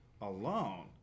alone